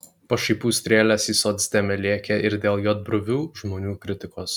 pašaipų strėlės į socdemę lėkė ir dėl juodbruvių žmonių kritikos